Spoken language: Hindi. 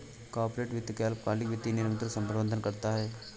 कॉर्पोरेट वित्त अल्पकालिक वित्तीय निर्णयों का प्रबंधन करता है